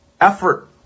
effort